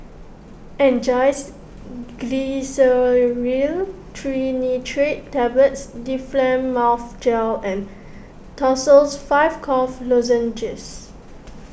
Angised Glyceryl Trinitrate Tablets Difflam Mouth Gel and Tussils five Cough Lozenges